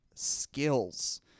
skills